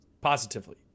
positively